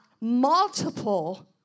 multiple